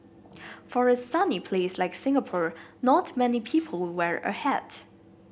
for a sunny place like Singapore not many people wear a hat